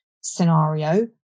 scenario